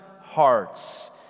hearts